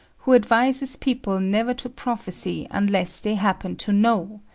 who advises people never to prophesy unless they happen to know,